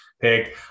pick